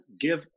give